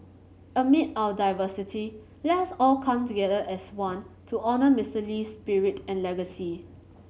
amid our diversity let's all come together as one to honour Mister Lee's spirit and legacy